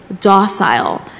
docile